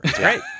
right